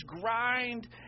grind